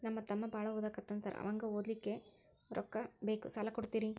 ನಮ್ಮ ತಮ್ಮ ಬಾಳ ಓದಾಕತ್ತನ ಸಾರ್ ಅವಂಗ ಓದ್ಲಿಕ್ಕೆ ರೊಕ್ಕ ಬೇಕು ಸಾಲ ಕೊಡ್ತೇರಿ?